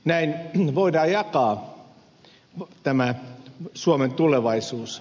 näin voidaan jakaa tämä suomen tulevaisuus